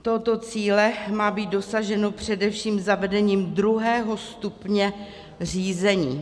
Tohoto cíle má být dosaženo především zavedením druhého stupně řízení.